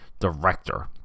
director